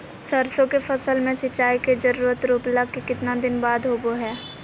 सरसों के फसल में सिंचाई के जरूरत रोपला के कितना दिन बाद होबो हय?